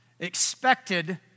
expected